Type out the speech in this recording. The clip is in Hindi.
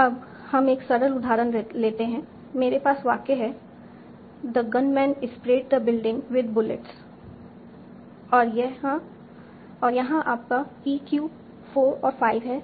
अब हम एक सरल उदाहरण लेते हैं मेरे पास वाक्य है the gunman spread the building with bullets और यहां आपका p q 4 और 5 है